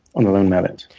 on their own merits.